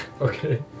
Okay